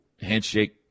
handshake